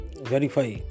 verify